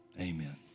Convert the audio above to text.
Amen